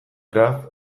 graf